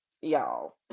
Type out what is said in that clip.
y'all